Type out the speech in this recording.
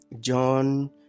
John